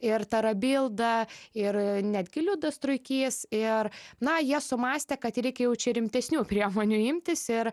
ir tarabilda ir netgi liudas truikys ir na jie sumąstė kad reikia jau čia rimtesnių priemonių imtis ir